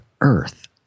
earth